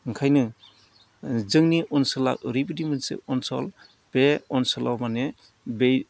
ओंखायनो जोंनि ओनसोला ओरैबायदि मोनसे ओनसोल बे ओनसोलाव माने बै